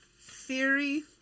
theory